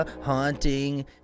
Haunting